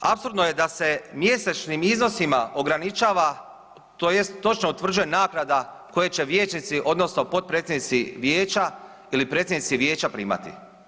Apsurdno je da se mjesečnim iznosima ograničava tj. točno utvrđuje naknada koje će vijećnici odnosno potpredsjednici vijeća ili predsjednici vijeća primati.